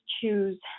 choose